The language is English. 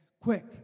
Quick